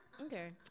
Okay